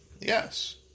Yes